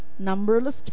numberless